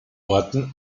orten